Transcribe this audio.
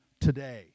today